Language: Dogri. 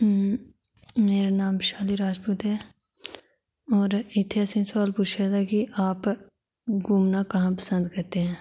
मेरा नाम वैशाली राजपूत ऐ होर इत्थै असेंगी सोआल पुच्छे दा कि आप घूमना कहां पसंद करते हैं